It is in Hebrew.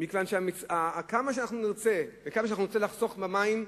מכיוון שכמה שנרצה לחסוך במים,